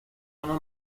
unos